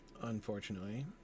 Unfortunately